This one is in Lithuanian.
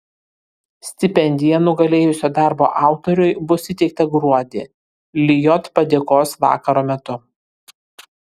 stipendija nugalėjusio darbo autoriui bus įteikta gruodį lijot padėkos vakaro metu